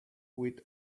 with